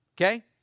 okay